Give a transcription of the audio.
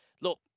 Look